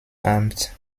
amt